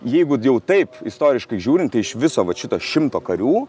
jeigu jau taip istoriškai žiūrint tai iš viso vat šito šimto karių